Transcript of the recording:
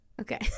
Okay